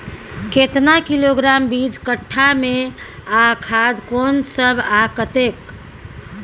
केतना किलोग्राम बीज कट्ठा मे आ खाद कोन सब आ कतेक?